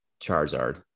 Charizard